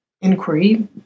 inquiry